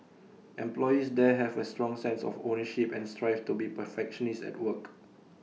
employees there have A strong sense of ownership and strive to be perfectionists at work